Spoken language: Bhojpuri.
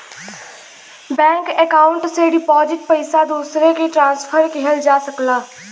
बैंक अकाउंट से डिपॉजिट पइसा दूसरे के ट्रांसफर किहल जा सकला